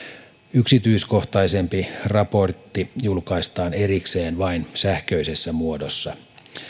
yksityiskohtaisempi raportti julkaistaan erikseen vain sähköisessä muodossa